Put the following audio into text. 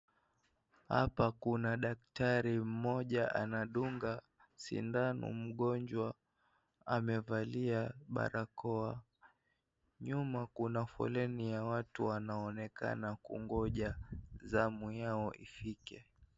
Hapa kuna daktari mmoja anadunga sindano mgonjwa, amevalia barakoa. Nyuma kuna foleni ya watu wanaonekana kungoja zamu yao ifike.